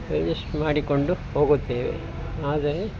adjust ಮಾಡಿಕೊಂಡು ಹೋಗುತ್ತೇವೆ ಆದರೆ